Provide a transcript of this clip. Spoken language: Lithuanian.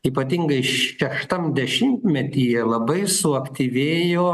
ypatingai šeštam dešimtmetyje labai suaktyvėjo